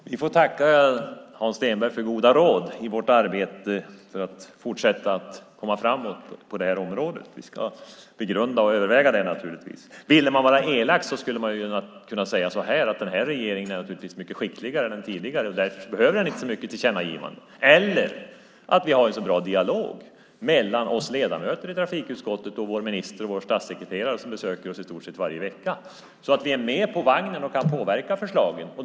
Fru talman! Vi får tacka Hans Stenberg för goda råd i vårt arbete för att fortsätta att komma framåt på det här området. Vi ska naturligtvis begrunda och överväga dem. Ville man vara elak skulle man kunna säga att den här regeringen är mycket skickligare än den tidigare och att den därför inte behöver så många tillkännagivanden. Eller också har vi en så bra dialog mellan oss ledamöter i trafikutskottet och vår minister och vår statssekreterare, som besöker oss i stort sett varje vecka, att vi är med på vagnen och kan påverka förslagen.